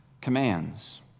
commands